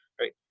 right